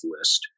list